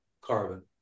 Carbon